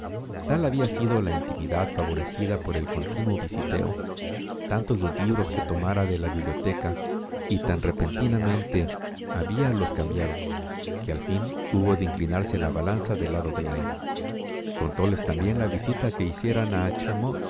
tal había sido la intimidad favorecida por el continuo visiteo tantos los libros que tomara de la bibíblioteca y tan repetidamente habíalos cambiado que al fin hubo de inclinarse la balanza del lado de lyme contóles también la visita que hicieran